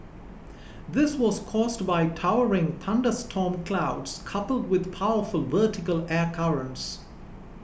this was caused by towering thunderstorm clouds coupled with powerful vertical air currents